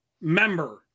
member